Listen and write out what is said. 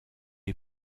est